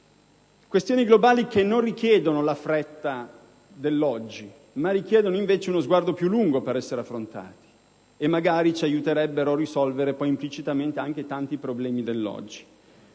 questioni globali, che non richiedono la fretta dell'oggi quanto piuttosto uno sguardo più lungo per essere affrontate e magari ci aiuterebbero poi a risolvere implicitamente anche tanti problemi dell'oggi.